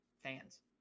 fans